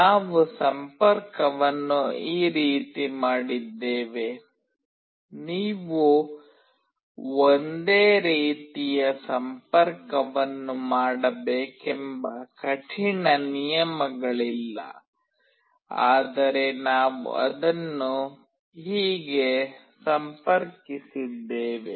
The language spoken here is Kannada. ನಾವು ಸಂಪರ್ಕವನ್ನು ಈ ರೀತಿ ಮಾಡಿದ್ದೇವೆ ನೀವು ಒಂದೇ ರೀತಿಯ ಸಂಪರ್ಕವನ್ನು ಮಾಡಬೇಕೆಂಬ ಕಠಿಣ ನಿಯಮಗಳಿಲ್ಲ ಆದರೆ ನಾವು ಅದನ್ನು ಹೀಗೆ ಸಂಪರ್ಕಿಸಿದ್ದೇವೆ